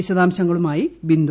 വിശദാശങ്ങളുമായി Bindu